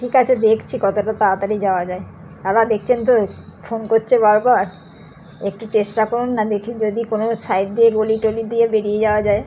ঠিক আছে দেখছি কতোটা তাড়াতাড়ি যাওয়া যায় দাদা দেখছেন তো ফোন করছে বারবার একটু চেষ্টা করুন না দেখি যদি কোনো সাইড দিয়ে গলি টলি দিয়ে বেড়িয়ে যাওয়া যায়